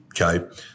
okay